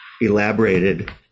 elaborated